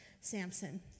Samson